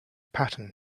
pattern